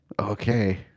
Okay